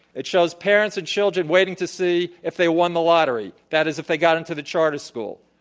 it shows parents and children waiting to see if they won the lottery. that is if they got into the charter school.